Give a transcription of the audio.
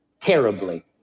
terribly